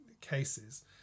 cases